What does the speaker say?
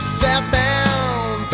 southbound